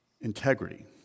integrity